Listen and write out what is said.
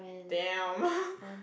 damn